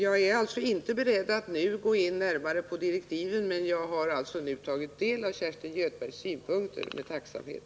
Jag är inte beredd att gå in närmare på direktiven, men jag har alltså nu med tacksamhet tagit del av Kerstin Göthbergs synpunkter.